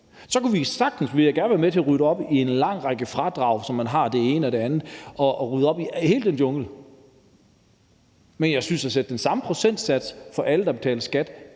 alle. Jeg vil gerne være med til at rydde op i en lang række fradrag, som man har i forhold til det ene og det andet, altså rydde op i hele den jungle. At sætte den samme procentsats for alle, der betaler skat,